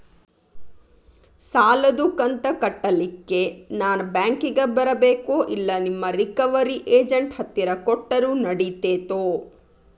ಸಾಲದು ಕಂತ ಕಟ್ಟಲಿಕ್ಕೆ ನಾನ ಬ್ಯಾಂಕಿಗೆ ಬರಬೇಕೋ, ಇಲ್ಲ ನಿಮ್ಮ ರಿಕವರಿ ಏಜೆಂಟ್ ಹತ್ತಿರ ಕೊಟ್ಟರು ನಡಿತೆತೋ?